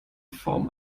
form